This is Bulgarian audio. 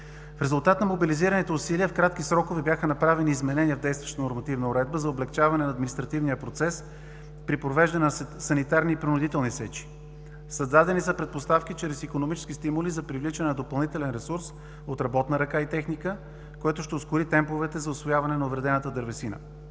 В резултат на мобилизираните усилия в кратки срокове бяха направени изменения в действащата нормативна уредба за облекчаване на административния процес при провеждане на санитарни и принудителни сечи. Създадени са предпоставки чрез икономически стимули за привличане на допълнителен ресурс от работна ръка и техника, който ще ускори темповете за усвояване на увредената дървесина.